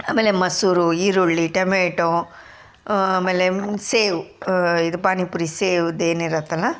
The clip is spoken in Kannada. ಆಮೇಲೆ ಮೊಸರು ಈರುಳ್ಳಿ ಟಮೆಟೊ ಆಮೇಲೆ ಸೇವು ಇದು ಪಾನಿಪುರಿ ಸೇವು ಇದು ಏನು ಇರುತ್ತಲ್ಲ